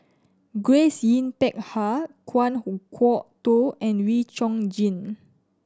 Grace Yin Peck Ha Kan Kwok Toh and Wee Chong Jin